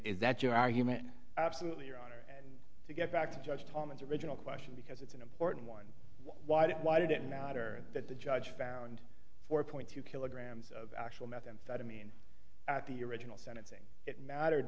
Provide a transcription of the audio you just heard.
is that your argument absolutely your honor and to get back to judge thomas original question because it's an important one why did why did it matter that the judge found four point two kilograms of actual methamphetamine at the original sentencing it mattered